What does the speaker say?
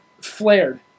flared